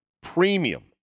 Premium